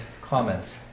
comments